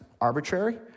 arbitrary